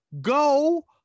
go